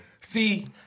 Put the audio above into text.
See